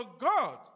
God